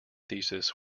thesis